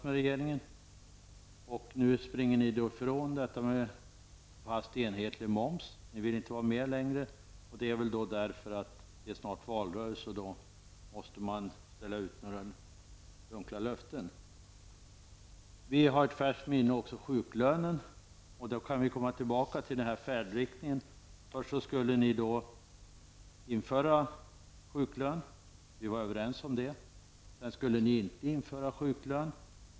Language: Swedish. Men nu springer ni ifrån detta med en fast enhetlig moms. Ni vill inte vara med längre. Antagligen beror det på att vi står inför en ny valrörelse, och då gäller det att komma med dunkla löften. Vidare har vi i färskt minne hur det blev med sjuklönen. Här kan jag också peka på detta med färdriktningen. Först skulle ni ju införa sjuklön. På den punkten var vi överens. Men sedan ändrade ni er -- någon sjuklön skulle inte införas.